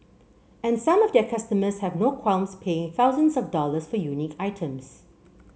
and some of their customers have no qualms paying thousands of dollars for unique items